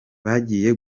bagiye